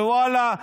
ואללה,